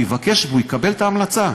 הוא יבקש והוא יקבל את ההמלצה.